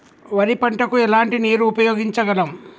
వరి పంట కు ఎలాంటి నీరు ఉపయోగించగలం?